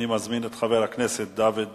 אני מזמין את חבר הכנסת דוד רותם.